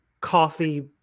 coffee